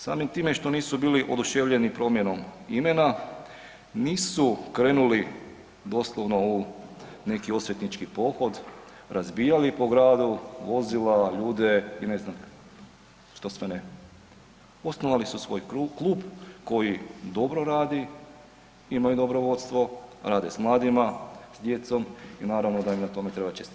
Samim time što nisu bili oduševljeni promjenom imena nisu krenuli doslovno u neki osvetnički pohod, razbijali po gradu vozila, ljude i ne znam što sve ne, osnovali su svoj klub, koji dobro radi, imaju dobro vodstvo, rade s mladima s djecom i naravno da im na tome treba čestitati.